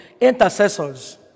intercessors